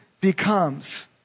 becomes